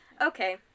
okay